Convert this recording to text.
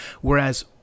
Whereas